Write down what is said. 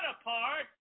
apart